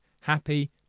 happy